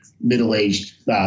middle-aged